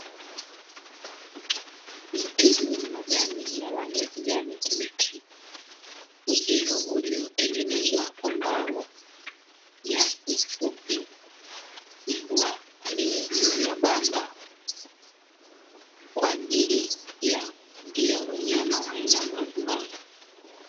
Mti wenye majani ya rangi ya kijani kibichi, uzio uliotengenezwa kwa mbao, nyasi fupi, mbwa aliye juu ya banda kwaajili kufugia wanyama wa aina mbalimbali.